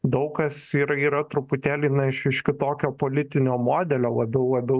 daug kas yra yra truputėlį na iš iš kitokio politinio modelio labiau labiau